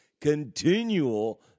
continual